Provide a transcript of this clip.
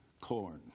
corn